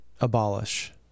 abolish